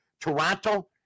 Toronto